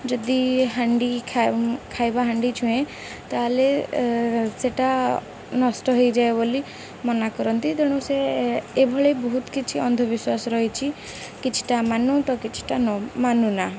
ଯଦି ହାଣ୍ଡି ଖାଇବା ହାଣ୍ଡି ଛୁଏଁ ତାହେଲେ ସେଟା ନଷ୍ଟ ହେଇଯାଏ ବୋଲି ମନା କରନ୍ତି ତେଣୁ ସେ ଏଭଳି ବହୁତ କିଛି ଅନ୍ଧବିଶ୍ୱାସ ରହିଛି କିଛିଟା ମାନୁ ତ କିଛିଟା ନ ମାନୁନା